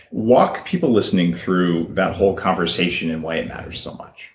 walk people listening through that whole conversation, and why it matters so much